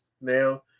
now